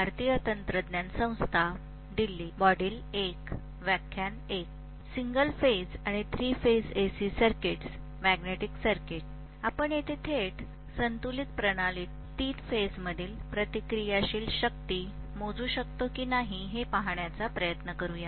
आपण थेट संतुलित प्रणालीत तीन फेजमधील प्रतिक्रियाशील शक्ती मोजू शकतो की नाही हे पाहण्याचा प्रयत्न करूया